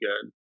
good